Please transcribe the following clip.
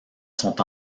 sont